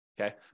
okay